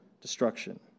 destruction